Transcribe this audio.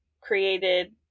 created